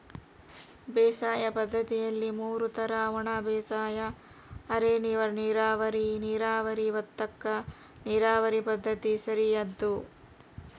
ಬೇಸಾಯ ಪದ್ದತಿಯಲ್ಲಿ ಮೂರು ತರ ಒಣಬೇಸಾಯ ಅರೆನೀರಾವರಿ ನೀರಾವರಿ ಭತ್ತಕ್ಕ ನೀರಾವರಿ ಪದ್ಧತಿ ಸರಿಯಾದ್ದು